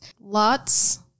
Lots